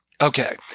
Okay